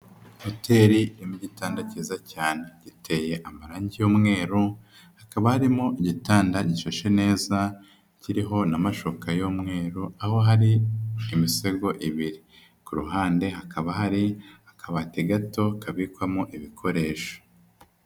Hotel irimo igitanda cyiza cyane , giteye amarangi y'umweru , hakaba harimo igitanda gishashe neza, kiriho n'amashuka y'umweru, aho hari imisego ibiri, ku ruhande hakaba hari akabati gato kabikwamo ibikoresho.